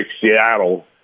Seattle